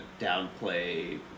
downplay